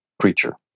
creature